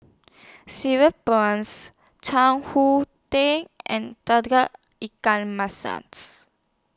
Cereal Prawns Chan Hu Tang and Ikan Masin's